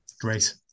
Great